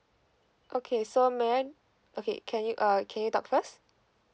okay so may I okay can you err can you talk first